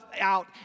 out